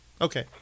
Okay